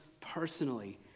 personally